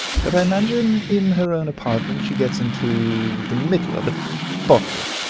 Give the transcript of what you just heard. that i imagine in her own apartment she gets into the middle of it bodily.